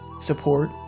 support